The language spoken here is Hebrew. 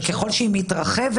ככל שהיא מתרחבת,